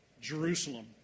Jerusalem